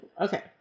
Okay